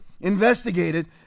investigated